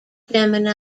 gemini